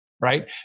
Right